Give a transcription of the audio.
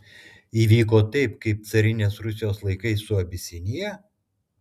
įvyko taip kaip carinės rusijos laikais su abisinija